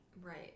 Right